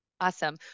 Awesome